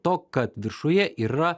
to kad viršuje yra